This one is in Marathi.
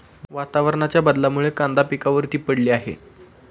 वातावरणाच्या बदलामुळे कांदा पिकावर ती पडली आहे